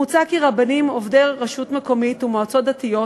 מוצע כי רבנים עובדי רשות מקומית ומועצות דתיות,